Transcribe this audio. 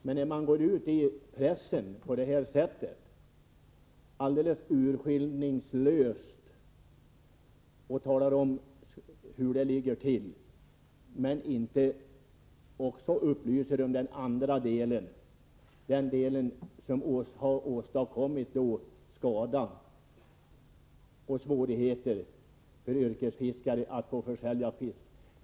Men man har ändå i pressen urskillningslöst fört fram vissa uppgifter, utan att upplysa om den andra sidan av saken, och detta har åstadkommit skada och medfört att yrkesfiskare har fått svårigheter att försälja sin fisk.